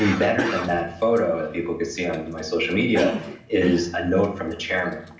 and better than that photo that people could see on my social media is a note from the chairman.